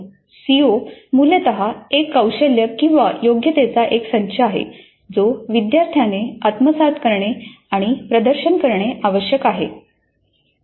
CO मूलत एक कौशल्य किंवा योग्यतेचा एक संच आहे जो विद्यार्थ्याने आत्मसात करणे आणि प्रदर्शन करणे आवश्यक आहे